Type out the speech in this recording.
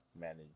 manage